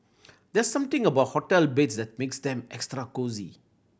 there's something about hotel beds that makes them extra cosy